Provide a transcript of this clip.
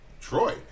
Troy